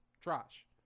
Trash